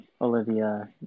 Olivia